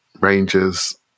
Rangers